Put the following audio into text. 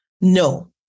no